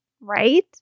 right